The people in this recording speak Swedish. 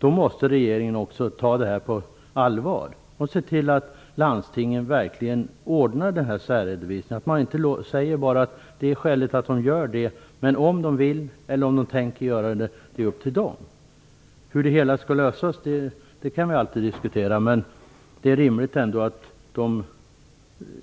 Socialdemokraterna - ta detta på allvar och se till att landstingen verkligen ordnar denna särredovisning. Det går inte att bara säga att det är skäligt att detta görs men att den saken, om de vill eller tänker göra detta, får vara upp till dem. Hur det hela skall lösas kan vi alltid diskutera. Det är alltså rimligt att man